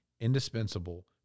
indispensable